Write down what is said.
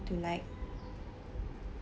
to like